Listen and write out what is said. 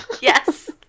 Yes